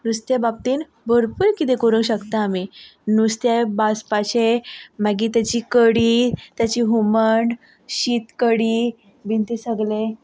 नुस्तें बाबतीन भरपूर कितें करूंक शकता आमी नुस्तें भाजपाचें मागीर तेजी कडी तेचें हुमण शीत कडी बीन तें सगलें